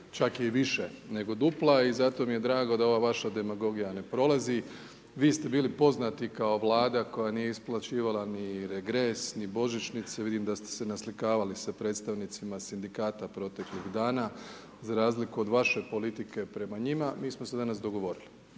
čak i više nego dupla. I zato mi je drago da ova vaša demagogija ne prolazi. Vi ste bili poznati kao Vlada koja nije isplaćivala ni regres, ni božićnice, vidim da ste se naslikavali sa predstavnicima sindikata proteklih dana. Za razliku od vaše politike prema njima mi smo se danas dogovorili